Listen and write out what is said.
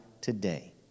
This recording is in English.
today